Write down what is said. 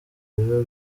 biba